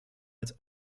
als